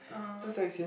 (uh huh)